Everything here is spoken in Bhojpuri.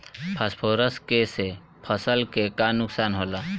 फास्फोरस के से फसल के का नुकसान होला?